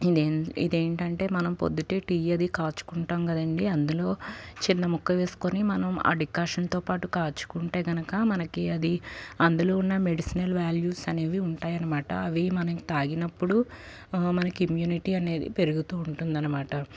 ఇది ఇదేంటంటే మనం పొద్దున్న టీ అది కాచుకుంటాం కదండి అందులో చిన్న ముక్క వేసుకొని మనం ఆ డికాషన్తో పాటు కాచుకుంటే కనుక మనకి అది అందులో ఉన్న మెడిసినల్ వ్యాల్యూస్ అనేవి ఉంటాయి అన్నమాట అవి మనం తాగినప్పుడు మనకు ఇమ్మ్యూనిటీ అనేది పెరుగుతు ఉంటుందన్నమాట